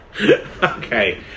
Okay